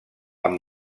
amb